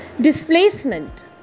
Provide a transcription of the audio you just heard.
Displacement